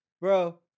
Bro